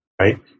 right